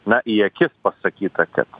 na į akis pasakyta kad